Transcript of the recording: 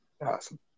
Awesome